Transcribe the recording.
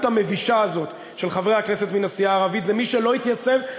המבישה הזאת של חברי הכנסת מן הסיעה הערבית זה מי שלא התייצב,